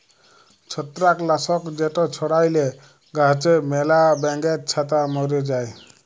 ছত্রাক লাসক যেট ছড়াইলে গাহাচে ম্যালা ব্যাঙের ছাতা ম্যরে যায়